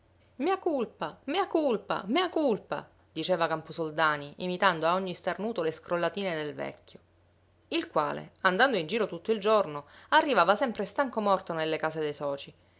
mea culpa mea culpa mea culpa diceva camposoldani imitando a ogni starnuto le scrollatine del vecchio il quale andando in giro tutto il giorno arrivava sempre stanco morto nelle case dei socii